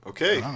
Okay